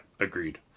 agreed